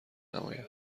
نمایم